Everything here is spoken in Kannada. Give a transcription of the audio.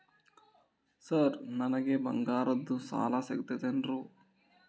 ಸರ್ ನನಗೆ ಬಂಗಾರದ್ದು ಸಾಲ ಸಿಗುತ್ತೇನ್ರೇ?